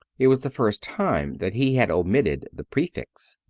it was the first time that he had omitted the prefix.